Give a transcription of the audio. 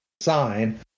sign